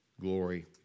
glory